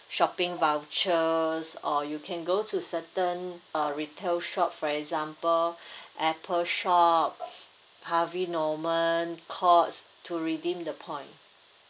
shopping vouchers or you can go to certain uh retail shop for example apple shop err harvey norman courts to redeem the point